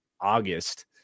August